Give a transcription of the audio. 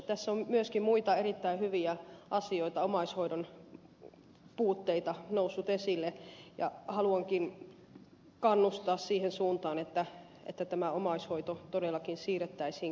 tässä on myöskin muita erittäin hyviä asioita omaishoidon puutteita nostettu esille ja haluankin kannustaa siihen suuntaan että tämä omaishoito todellakin siirrettäisiin kelalle